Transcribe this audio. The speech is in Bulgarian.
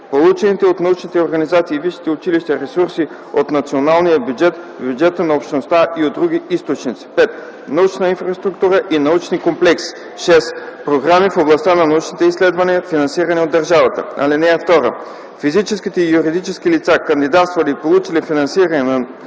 получените от научните организации и висшите училища ресурси от националния бюджет, бюджета на Общността и от други източници; 5. научна инфраструктура и научни комплекси; 6. програми в областта на научните изследвания, финансирани от държавата. (2) Физическите и юридическите лица, кандидатствали и получили финансиране за